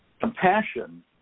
Compassion